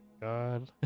God